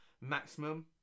maximum